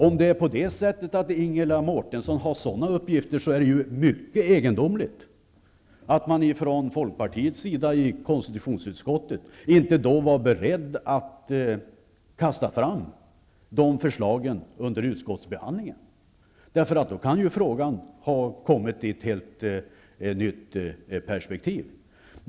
Om Ingela Mårtensson har sådana uppgifter, är det mycket egendomligt att man från folkpartiets sida i konstitutionsutskottet inte var beredd att kasta fram dem under utskottsbehandlingen. Om så skett, hade frågan kanske kommit i ett helt nytt perspektiv.